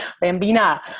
Bambina